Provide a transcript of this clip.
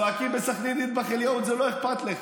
צועקים בסח'נין "אד'בח אל-יהוד" זה לא אכפת לך.